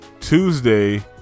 Tuesday